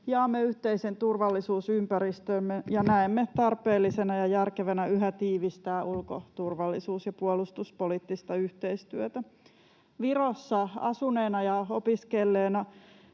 jaamme yhteisen turvallisuusympäristömme ja näemme tarpeellisena ja järkevänä yhä tiivistää ulko-, turvallisuus- ja puolustuspoliittista yhteistyötä. Virossa asuneena ja opiskelleena